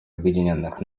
объединенных